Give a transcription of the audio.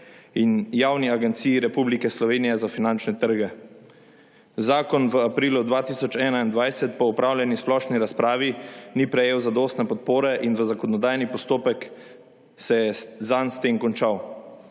in javni agenciji Republike Slovenije za finančne trge. Zakon v aprilu 2021 po opravljeni splošni razpravi ni prejel zadostne podpore in zakonodajni postopek se je zanj s tem končal.